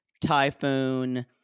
typhoon